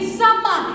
summer